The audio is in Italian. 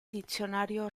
dizionario